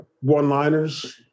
one-liners